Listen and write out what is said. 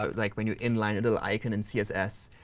like when you in-line a little icon in css.